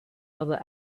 other